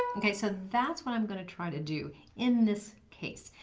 okay, so that's what i'm going to try to do in this case.